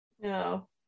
No